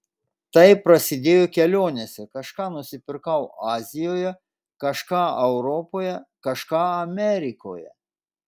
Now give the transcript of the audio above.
tai prasidėjo kelionėse kažką nusipirkau azijoje kažką europoje kažką amerikoje